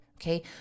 Okay